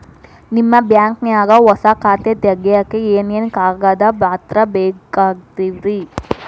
ನಿಮ್ಮ ಬ್ಯಾಂಕ್ ನ್ಯಾಗ್ ಹೊಸಾ ಖಾತೆ ತಗ್ಯಾಕ್ ಏನೇನು ಕಾಗದ ಪತ್ರ ಬೇಕಾಗ್ತಾವ್ರಿ?